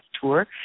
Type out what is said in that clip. tour